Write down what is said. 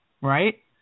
right